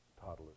toddlers